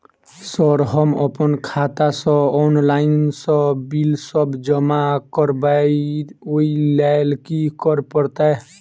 Sir हम अप्पन खाता सऽ ऑनलाइन सऽ बिल सब जमा करबैई ओई लैल की करऽ परतै?